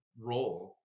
role